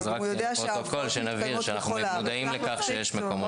אז רק לפרוטוקול נבהיר שאנחנו מודעים לכך שיש מקומות שונים.